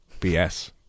BS